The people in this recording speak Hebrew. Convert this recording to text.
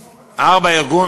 4. ארגון,